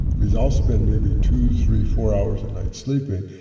because i'll spend maybe two, three, four hours a night sleeping,